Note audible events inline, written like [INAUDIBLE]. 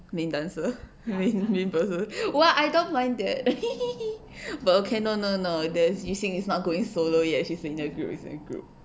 美男子 how many person well I don't mind that [LAUGHS] but okay no no no the 雨欣 is not going solo yet she's in a group in a group